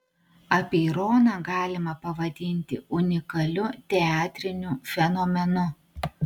apeironą galima pavadinti unikaliu teatriniu fenomenu